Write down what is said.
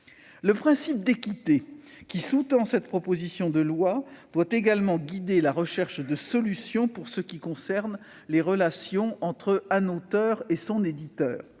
Le principe d'équité qui sous-tend cette proposition de loi doit également guider la recherche de solutions pour ce qui concerne les relations entre un auteur et son éditeur.